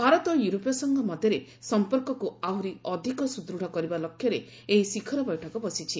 ଭାରତ ଓ ୟୁରୋପୀୟ ସଂଘ ମଧ୍ୟରେ ସମ୍ପର୍କକୁ ଆହୁରି ଅଧିକ ସୁଦୂଢ଼ କରିବା ଲକ୍ଷ୍ୟରେ ଏହି ଶିଖର ବୈଠକ ବସିଛି